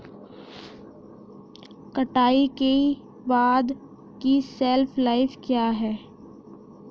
कटाई के बाद की शेल्फ लाइफ क्या है?